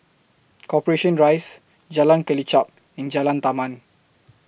Corporation Rise Jalan Kelichap in Jalan Taman